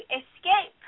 escape